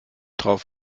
drauf